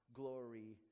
glory